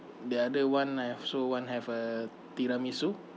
the other one I also want have a tiramisu